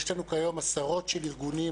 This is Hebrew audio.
יש לנו כיום עשרות של ארגונים,